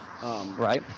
Right